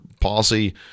policy